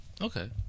Okay